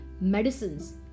medicines